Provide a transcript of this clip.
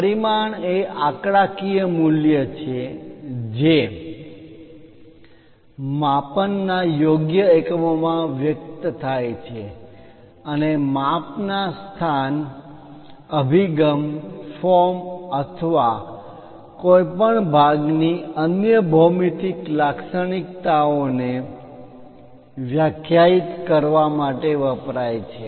પરિમાણ એ આંકડાકીય મૂલ્ય છે જે માપનના યોગ્ય એકમોમાં વ્યક્ત થાય છે અને માપ ના સ્થાન અભિગમ ફોર્મ અથવા કોઈ ભાગ ની અન્ય ભૌમિતિક લાક્ષણિકતાઓને વ્યાખ્યાયિત કરવા માટે વપરાય છે